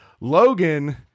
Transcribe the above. Logan